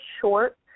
short